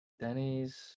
Denny's